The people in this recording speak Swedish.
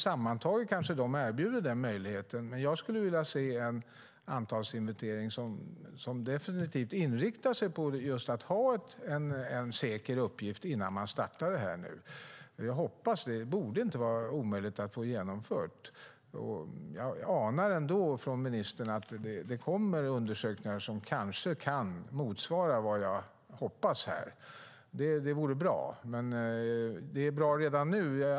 Sammantaget kanske de erbjuder den tolkningsmöjligheten, men jag skulle vilja se en antalsinventering som definitivt inriktar sig just på att ha en säker uppgift innan man startar försöket. Jag hoppas på det. Det borde inte vara omöjligt att få det genomfört. Jag anar ändå från ministerns sida att det kommer undersökningar som kanske kan motsvara det jag hoppas på här. Det vore bra. Det är bra redan nu.